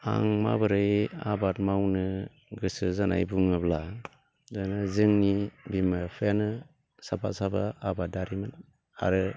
आं माबोरै आबाद मावनो गोसो जानाय बुङोब्ला दाना जोंनि बिमा बिफायानो साफा साफा आबादारिमोन आरो